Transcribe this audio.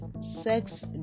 sex